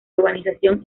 urbanización